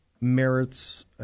merits